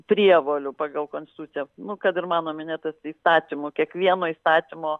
prievolių pagal konstituciją nu kad ir mano minėtas įstatymų kiekvieno įstatymo